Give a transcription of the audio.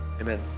Amen